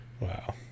Wow